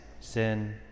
sin